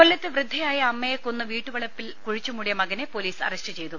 കൊല്ലത്ത് വൃദ്ധയായ അമ്മയെ കൊന്നു വീട്ടുവളപ്പിൽ കുഴിച്ചു മൂടിയ മകനെ പൊലീസ് അറസ്റ്റുചെയ്തു